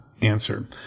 answer